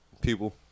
people